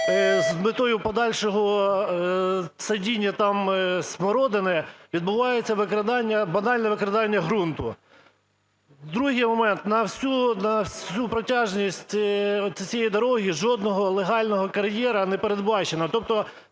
з метою подальшого садіння там смородини відбувається викрадання, банальне викрадання ґрунту. Другий момент. На всю протяжність от цієї дороги жодного легального кар'єру не передбачено. Тобто